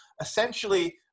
Essentially